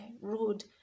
road